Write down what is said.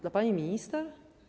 Dla pani minister?